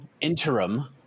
interim